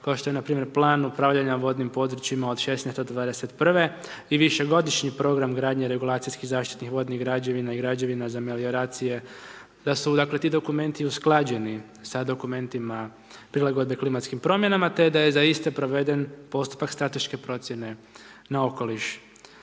kao što je na primjer Plan upravljanja vodnim područjima od 2016. do 2021., i višegodišnji program gradnje regulacijskih zaštitnih vodnih građevina i građevina za melioracije, da su dakle ti dokumenti usklađeni sa dokumentima prilagodbe klimatskim promjenama, te da je za iste proveden postupak strateške procjene na okoliš.